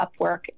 Upwork